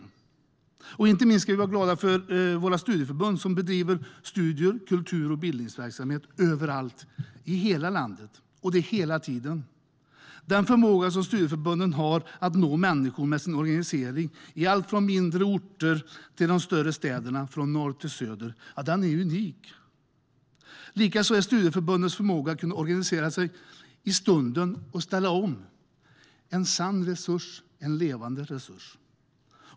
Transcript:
Vi ska inte minst vara glada för våra studieförbund som bedriver studie, kultur och bildningsverksamhet överallt i hela landet, hela tiden. Den förmåga som studieförbunden har att nå människor med sin organisering i allt från de mindre orterna till de större städerna och från norr till söder är unik. Likaså är studieförbundens förmåga att organisera sig i stunden och att ställa om en sann och levande resurs.